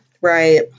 right